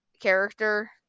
character